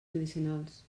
medicinals